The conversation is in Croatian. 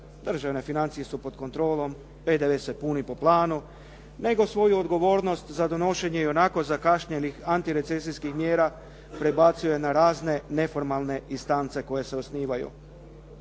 državne financije su pod kontrolom, PDV se puni po planu, nego svoju odgovornost za donošenje ionako zakašnjelih antirecesijskih mjera prebacuje na razne neformalne instance koje se osnivaju.